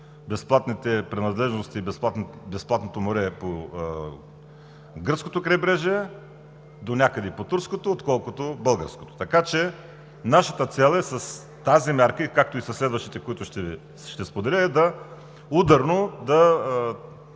безплатните принадлежности и безплатното море по гръцкото крайбрежие, донякъде и по турското, отколкото българското. Така че нашата цел е с тази мярка, както и със следващите, които ще споделя, е ударно да